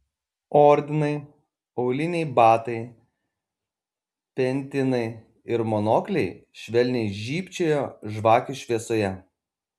ordinai auliniai batai pentinai ir monokliai švelniai žybčiojo žvakių šviesoje